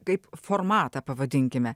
kaip formatą pavadinkime